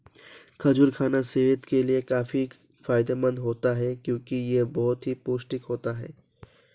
खजूर खाना सेहत के लिए काफी फायदेमंद होता है क्योंकि यह बहुत ही पौष्टिक होता है